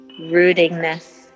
rootingness